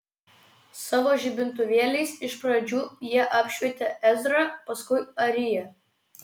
savo žibintuvėliais iš pradžių jie apšvietė ezrą paskui ariją